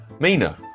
Mina